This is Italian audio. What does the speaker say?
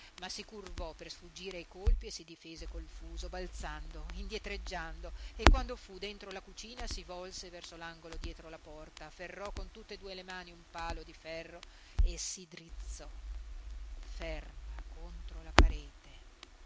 ma si curvò per sfuggire ai colpi e si difese col fuso balzando indietreggiando e quando fu dentro la cucina si volse verso l'angolo dietro la porta afferrò con tutte e due le mani un palo di ferro e si drizzò ferma contro la parete